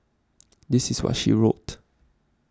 this is what she wrote